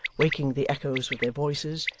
waking the echoes with their voices,